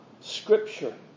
Scripture